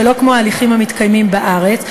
שלא כמו ההליכים המתקיימים בארץ,